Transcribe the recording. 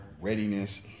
readiness